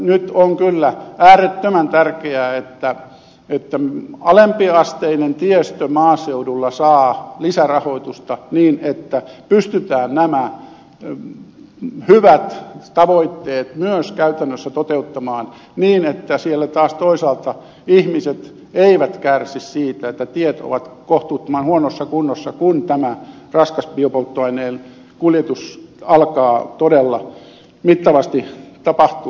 nyt on kyllä äärettömän tärkeää että alempiasteinen tiestö maaseudulla saa lisärahoitusta niin että pystytään nämä hyvät tavoitteet myös käytännössä toteuttamaan niin että siellä taas toisaalta ihmiset eivät kärsi siitä että tiet ovat kohtuuttoman huonossa kunnossa kun tämä raskas biopolttoaineen kuljetus alkaa todella mittavasti tapahtua